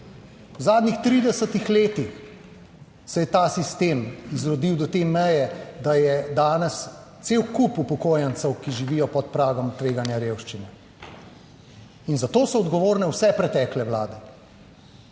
V zadnjih 30 letih se je ta sistem izrodil do te meje, da je danes cel kup upokojencev, ki živijo pod pragom tveganja revščine in za to so odgovorne vse pretekle vlade.